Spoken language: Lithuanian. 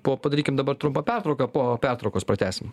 po padarykim dabar trumpą pertrauką po pertraukos pratęsim